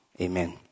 amen